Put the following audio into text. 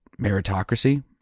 meritocracy